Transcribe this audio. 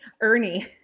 Ernie